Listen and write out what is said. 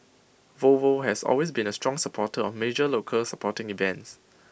Volvo has always been A strong supporter of major local sporting events